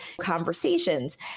conversations